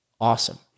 awesome